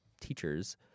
teachers